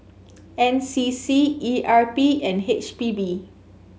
N C C E R P and H P B